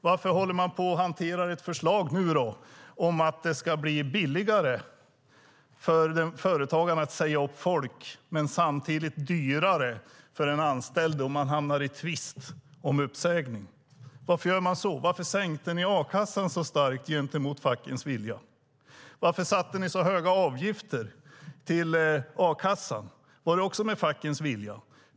Varför hanterar ni i så fall nu ett förslag om att det ska bli billigare för företagarna att säga upp folk men samtidigt dyrare för en anställd som hamnar i tvist om uppsägningen? Varför gör ni så? Och varför sänkte ni a-kassan så starkt, mot fackens vilja? Varför satte ni så höga avgifter till a-kassan? Var det också med fackens vilja?